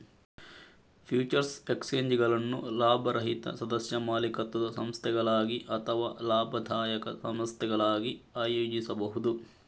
futures ಎಕ್ಸ್ಚೇಂಜುಗಳನ್ನು ಲಾಭರಹಿತ ಸದಸ್ಯ ಮಾಲೀಕತ್ವದ ಸಂಸ್ಥೆಗಳಾಗಿ ಅಥವಾ ಲಾಭದಾಯಕ ಸಂಸ್ಥೆಗಳಾಗಿ ಆಯೋಜಿಸಬಹುದು